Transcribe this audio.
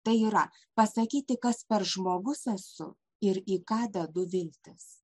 tai yra pasakyti kas per žmogus esu ir į ką dedu viltis